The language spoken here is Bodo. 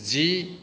जि